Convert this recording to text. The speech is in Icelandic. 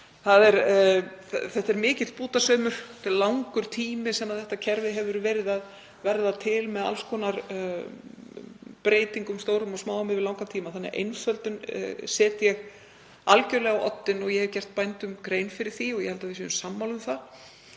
Þetta er mikill bútasaumur, þetta kerfi hefur orðið til með alls konar breytingum, stórum og smáum, yfir langan tíma. Ég set því einföldun algerlega á oddinn og ég hef gert bændum grein fyrir því og ég held að við séum sammála um það.